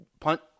punt